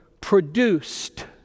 Produced